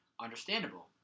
understandable